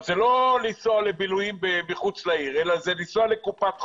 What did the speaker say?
זה לא לנסוע לבילויים מחוץ לעיר אלא זה לנסוע לקופת חולים,